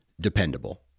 dependable